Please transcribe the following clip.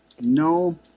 No